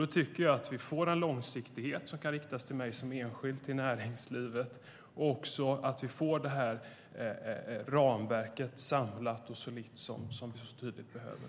Då tycker jag att vi får en långsiktighet som kan riktas både till mig som enskild och till näringslivet och att vi också får det ramverk samlat och solitt som vi så tydligt behöver.